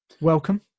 Welcome